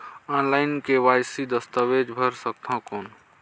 Online KYC दस्तावेज भर सकथन कौन?